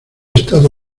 estado